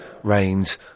rains